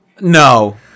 No